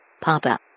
Papa